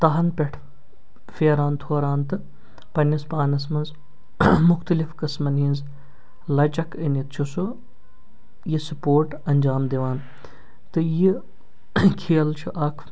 تحَن پٮ۪ٹھ پھیران تھوران تہٕ پَنٕنِس پانَس منٛز مُختلِف قٕسمَن ہٕنٛز لَچَک أنِتھ چھُ سُہ یہِ سٔپورٹ انجام دِوان تہٕ یہِ کھیل چھِ اَکھ